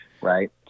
Right